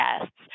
guests